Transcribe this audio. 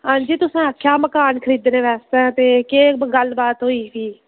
आंजी तुसें आखेआ हा मकान खरीदनें वास्तै आ ते केह् गल्ल बात होई ही